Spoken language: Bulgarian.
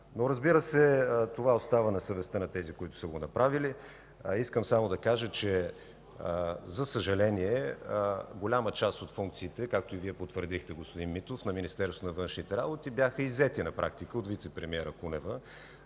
Но, разбира се, това остава на съвестта на тези, които са го направили, а искам само да кажа, че, за съжаление, голяма част от функциите, както и Вие потвърдихте, господин Митов, на Министерството на външните работи, бяха иззети на практика от вицепремиера Кунева.